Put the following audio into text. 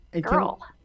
girl